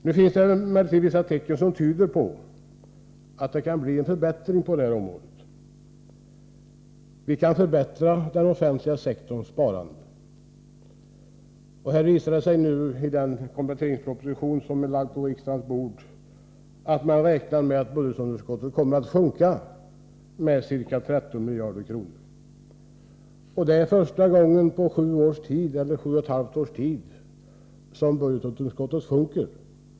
Nu finns det emellertid vissa tecken som tyder på att det kan bli en förbättring på detta område. Vi kan förbättra den offentliga sektorns sparande. I den kompletteringsproposition som har lagts på riksdagens bord räknar man med att budgetunderskottet kommer att sjunka med ca 13 miljarder kronor. Det är första gången på sju och ett halvt år som budgetunderskottet sjunker.